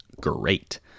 great